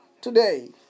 Today